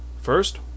first